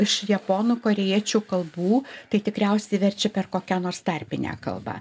iš japonų korėjiečių kalbų tai tikriausiai verčia per kokią nors tarpinę kalbą